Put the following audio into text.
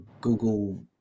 Google